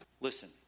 listen